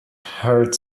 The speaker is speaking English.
heard